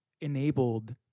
enabled